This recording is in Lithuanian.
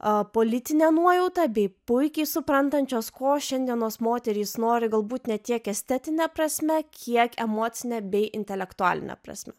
o politinę nuojautą bei puikiai suprantančios ko šiandienos moterys nori galbūt ne tiek estetine prasme kiek emocine bei intelektualine prasme